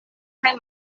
kaj